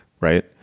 right